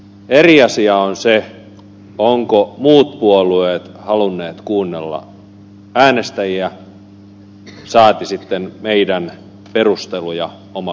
eri asia on se ovatko muut puolueet halunneet kuunnella äänestäjiä saati sitten meidän perustelujamme omalle kannallemme